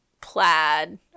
plaid